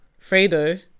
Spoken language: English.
Fredo